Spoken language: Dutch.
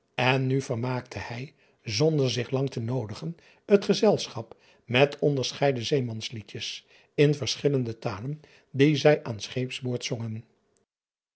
en nu vermaakte hij zonder zich lang te laten noodigen het gezelschap met onderscheiden eemansliedjes in verschillende talen die zij aan scheepsboord zongen